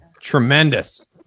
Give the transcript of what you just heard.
Tremendous